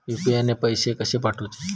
UPI ने पैशे कशे पाठवूचे?